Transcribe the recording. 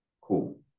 cool